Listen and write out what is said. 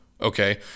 Okay